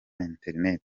internet